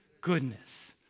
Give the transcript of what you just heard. goodness